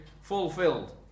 fulfilled